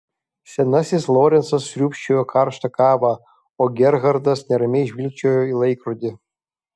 senasis lorencas sriūbčiojo karštą kavą o gerhardas neramiai žvilgčiojo į laikrodį